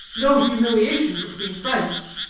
no humiliation between friends.